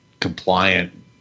compliant